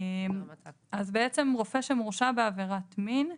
אז בעצם רופא שמורשע בעבירת מין,